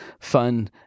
fun